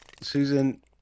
Susan